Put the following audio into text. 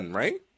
right